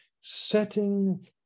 setting